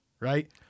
right